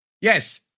yes